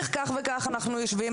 בתאריך מסוים אנחנו יושבים,